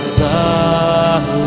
love